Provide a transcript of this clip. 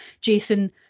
Jason